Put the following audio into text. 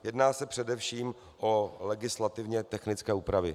Jedná se především o legislativně technické úpravy.